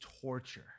torture